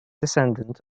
descendant